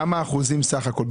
כמה אחוזים סך הכול?